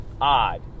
odd